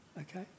Okay